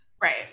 Right